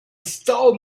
stole